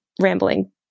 rambling